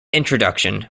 introduction